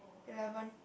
eleven